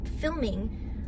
filming